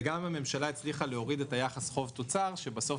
וגם הממשלה הצליחה להוריד את היחס חוב תוצר שבסוף